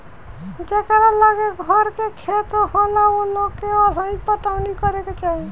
जेकरा लगे घर के खेत होला ओ लोग के असही पटवनी करे के चाही